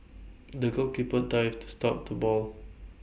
the goalkeeper dived to stop the ball